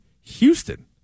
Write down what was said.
Houston